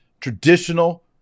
traditional